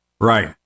Right